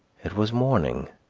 it was morning,